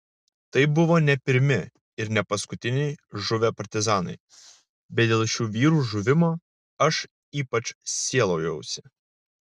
tai buvo ne pirmi ir ne paskutiniai žuvę partizanai bet dėl šių vyrų žuvimo aš ypač sielojausi